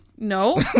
No